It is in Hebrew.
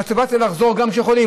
המוטיבציה לחזור גם כשחולים,